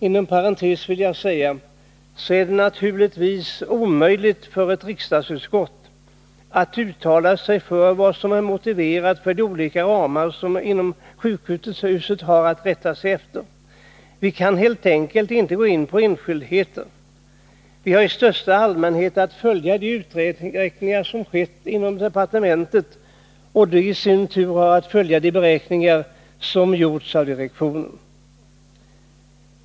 Inom parentes vill jag säga att det naturligtvis är omöjligt för ett riksdagsutskott att uttala sig för vad som är motiverat inom de olika ramar som sjukhuset har att rätta sig efter. Vi kan helt enkelt inte gå in på enskildheter. Vi har att följa de uträkningar som skett inom departementet, och det i sin tur har att följa de beräkningar som gjorts av direktionen.